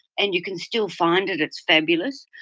and you can still find it, it's fabulous.